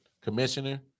commissioner